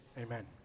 amen